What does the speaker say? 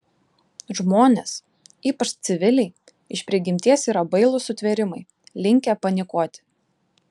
žmonės ypač civiliai iš prigimties yra bailūs sutvėrimai linkę panikuoti